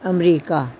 America